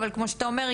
אבל כמו שאתה אומר,